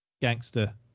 Gangster